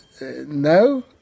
No